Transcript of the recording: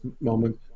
moment